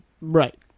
Right